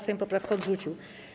Sejm poprawkę odrzucił.